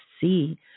see